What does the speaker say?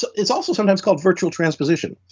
so it's also sometimes called virtual transposition.